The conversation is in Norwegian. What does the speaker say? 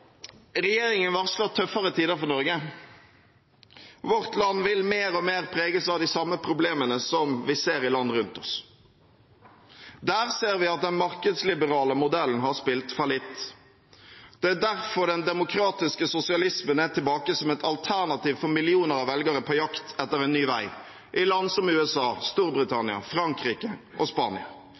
Regjeringen varsler tøffere tider for Norge. Vårt land vil mer og mer preges av de samme problemene som vi ser i land rundt oss. Der ser vi at den markedsliberale modellen har spilt fallitt. Det er derfor den demokratiske sosialismen er tilbake som et alternativ for millioner av velgere på jakt etter en ny vei i land som USA, Storbritannia, Frankrike og Spania.